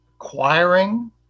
acquiring